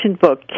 book